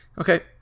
Okay